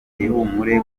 ihumure